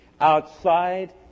outside